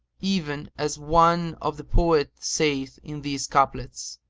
even as one of the poets saith in these couplets,